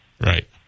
Right